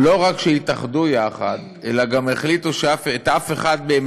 שלא רק התאחדו אלא החליטו גם שאף אחד מהם